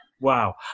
Wow